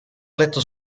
letto